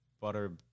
butter